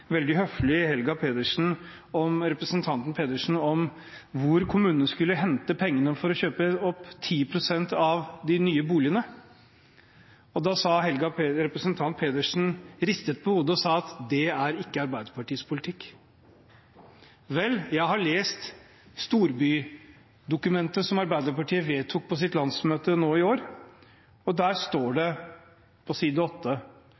veldig høflig om hvor kommunen skulle hente pengene sine fra for å kjøpe opp 10 pst. av de nye boligene. Representanten Pedersen ristet på hodet og sa at det ikke er Arbeiderpartiets politikk. Vel, jeg har lest storbydokumentet som Arbeiderpartiet vedtok på sitt landsmøte nå i år, og der står det